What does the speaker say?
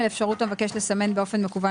(ג) אפשרות המבקש לסמן באופן מקוון